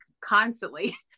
constantly